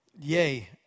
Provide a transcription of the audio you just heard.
Yay